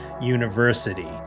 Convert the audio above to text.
university